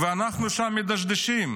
אנחנו שם מדשדשים.